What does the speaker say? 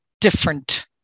different